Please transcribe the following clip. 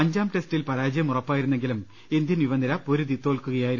അഞ്ചാം ടെസ്റ്റിൽ പരാജയം ഉറ പ്പായിരു ന്നെങ്കിലും ഇന്ത്യൻ യുവനിര പൊരുതി തോൽക്കുകയായിരുന്നു